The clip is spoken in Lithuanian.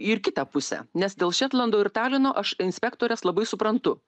ir kitą pusę nes dėl šetlando ir talino aš inspektores labai suprantu